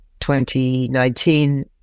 2019